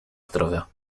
zdrowia